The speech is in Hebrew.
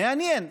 מעניין.